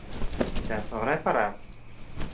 ᱟᱪᱪᱷᱟ ᱥᱚᱦᱨᱟᱭ ᱯᱚᱨᱚᱵᱽ